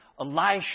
Elisha